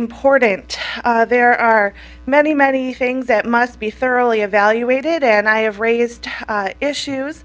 important to their there are many many things that must be thoroughly evaluated and i have raised issues